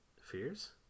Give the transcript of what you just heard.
fears